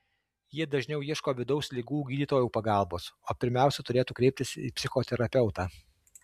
jie dažniau ieško vidaus ligų gydytojų pagalbos o pirmiausia turėtų kreiptis į psichoterapeutą